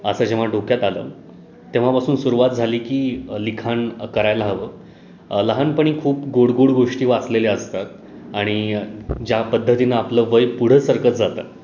असं जेव्हा डोक्यात आलं तेव्हापासून सुरुवात झाली की लिखाण करायला हवं लहानपणी खूप गोड गोड गोष्टी वाचलेल्या असतात आणि ज्या पद्धतीनं आपलं वय पुढं सरकत जातं